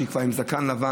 כשהיא כבר עם זקן לבן,